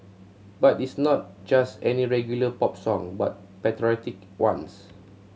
but it's not just any regular pop song but patriotic ones